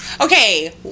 Okay